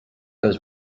goes